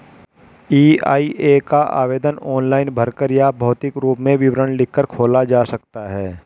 EIA का आवेदन online भरकर या भौतिक रूप में विवरण लिखकर खोला जा सकता है